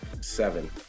Seven